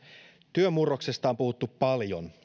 työn murroksesta on puhuttu paljon